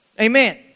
Amen